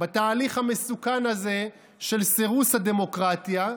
בתהליך המסוכן הזה של סירוס הדמוקרטיה,